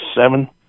seven